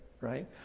right